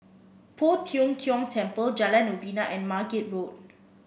Poh Tiong Kiong Temple Jalan Novena and Margate Road